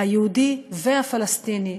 גם היהודי וגם הפלסטיני,